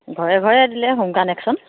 ঘৰে ঘৰে দিলে হোম কানেক্যন